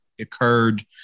occurred